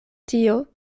tio